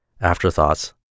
Afterthoughts